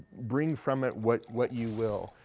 bring from it what what you will.